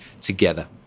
together